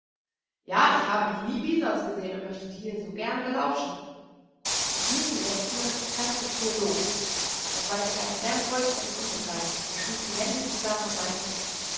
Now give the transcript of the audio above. ja ich habe noch nie bisons gesehen und möchte diese hier so gerne belauschen ich fühlte jetzt nur das interesse des zoologen das war dem kleinen sam vollständig unbegreiflich er schlug die hände zusammen und meinte